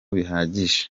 bihagije